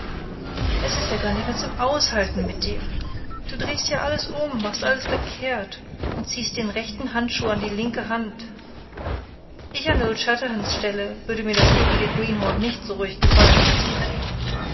es ist ja gar nicht mehr zum aushalten mit dir du drehst ja alles um machst alles verkehrt und ziehst den rechten handschuh an die linke hand ich an old shatterhands stelle würde mir das ewige greenhorn nicht so ruhig gefallen lassen